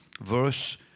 verse